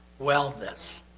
wellness